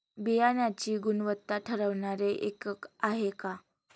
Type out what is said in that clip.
बियाणांची गुणवत्ता ठरवणारे एकक आहे का?